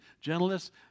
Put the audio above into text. gentleness